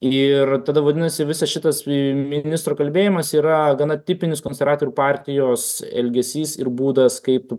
ir tada vadinasi visas šitas ministro kalbėjimas yra gana tipinis konservatorių partijos elgesys ir būdas kaip